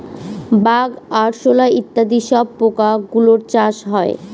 bug, আরশোলা ইত্যাদি সব পোকা গুলোর চাষ হয়